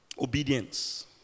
Obedience